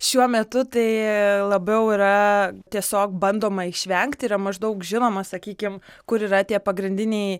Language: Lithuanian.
šiuo metu tai labiau yra tiesiog bandoma išvengti yra maždaug žinoma sakykim kur yra tie pagrindiniai